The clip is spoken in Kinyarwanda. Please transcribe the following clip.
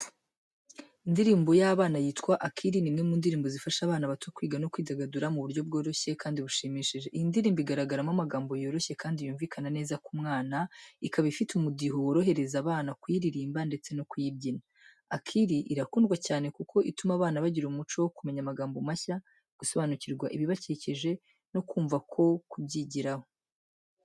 Indirimbo y’abana yitwa “Akili” ni imwe mu ndirimbo zifasha abana bato kwiga no kwidagadura mu buryo bworoshye kandi bushimishije. Iyi ndirimbo igaragaramo amagambo yoroshye kandi yumvikana neza ku mwana, ikaba ifite umudiho worohereza abana kuyiririmba ndetse no kuyibyina. “Akili” irakundwa cyane kuko ituma abana bagira umuco wo kumenya amagambo mashya, gusobanukirwa ibibakikije no kumva ko kubyigiraho.